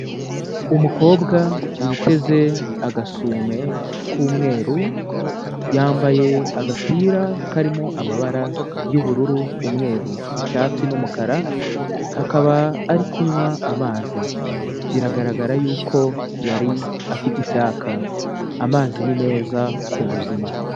Umukobwa witeze agasume k'umweru, yambaye agapira karimo amabara y'ubururu, umweru, icyatsi n'umukara, akaba ari kunywa amazi, biragaragara yuko yari afite icyaka, amazi ni meza ku buzima.